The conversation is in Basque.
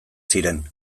ziren